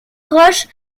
roche